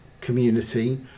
community